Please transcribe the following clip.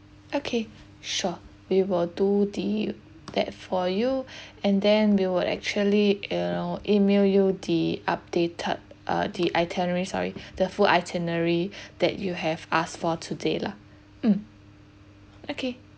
okay sure we will do the that for you and then we will actually you know email you the updated uh the itinerary sorry the full itinerary that you have asked for today lah mm okay